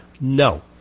No